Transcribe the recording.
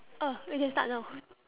oh we can start now